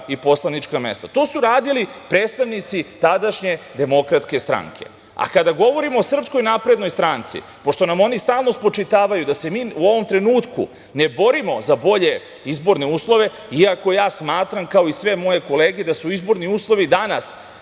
i poslanička mesta. To su radili predstavnici tadašnje DS.Kada govorimo o SNS, pošto nam oni stalno spočitavaju da se mi u ovom trenutku ne borimo za bolje izborne uslove, iako ja smatram, kao i sve moje kolege da su izborni uslovi danas